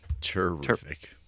Terrific